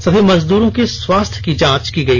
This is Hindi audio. सभी मजदूरों के स्वास्थ्य की जांच की गई